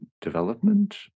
development